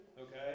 okay